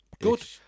Good